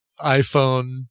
iPhone